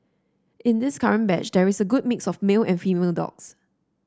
in this current batch there is a good mix of male and female dogs